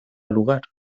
lugar